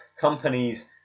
Companies